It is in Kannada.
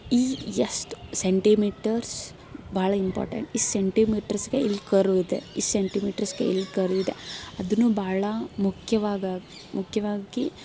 ಈ ಎಷ್ಟು ಸೆಂಟಿಮೀಟರ್ಸ್ ಭಾಳ ಇಂಪೋರ್ಟೆಂಟ್ ಇಷ್ಟು ಸೆಂಟಿಮೀಟರ್ಸ್ಗೆ ಇಲ್ಲಿ ಕರ್ವ್ ಇದೆ ಇಷ್ಟು ಸೆಂಟಿಮೀಟರ್ಸ್ಗೆ ಇಲ್ಲಿ ಕರ್ವ್ ಇದೆ ಅದನ್ನು ಭಾಳ ಮುಖ್ಯವಾಗಿ ಮುಖ್ಯವಾಗಿ